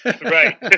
Right